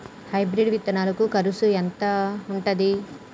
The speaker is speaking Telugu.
హైబ్రిడ్ విత్తనాలకి కరుసు ఎంత ఉంటది?